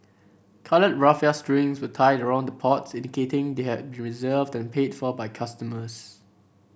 coloured raffia strings were tied around the pots indicating they had reserved and paid for by customers